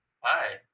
Hi